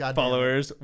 followers